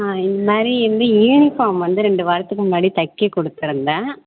ஆ இந்தமாதிரி வந்து யூனிஃபார்ம் வந்து ரெண்டு வாரத்துக்கு முன்னாடி தைக்க கொடுத்துருந்தேன்